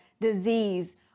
disease